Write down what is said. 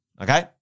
okay